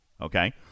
Okay